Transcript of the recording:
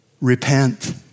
repent